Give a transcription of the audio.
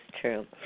true